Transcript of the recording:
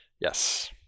Yes